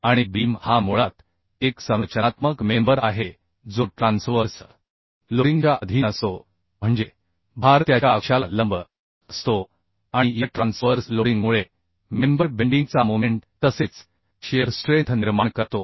आणि बीम हा मुळात एक संरचनात्मक मेंबर आहे जो ट्रान्सवर्स लोडिंगच्या अधीन असतो म्हणजे भार त्याच्या अक्षाला लंब असतो आणि या ट्रान्सवर्स लोडिंगमुळे मेंबर बेन्डीगचा मोमेंट तसेच शिअर स्ट्रेंथ निर्माण करतो